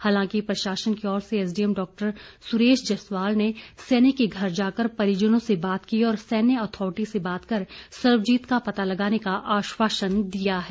हालांकि प्रशासन की ओर से एसडीएम डॉ सुरेश जसवाल ने सैनिक के घर जाकर परिजनों से बात की और सैन्य अथॉरिटी से बात कर सर्वजीत का पता लगाने का आश्वासन दिया है